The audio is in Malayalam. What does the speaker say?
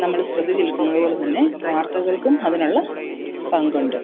നമ്മൾ ശ്രദ്ധ ചെലുത്തുന്നതു പോലെ തന്നെ വാർത്തകൾക്കും അതിനുള്ള പങ്കുണ്ട്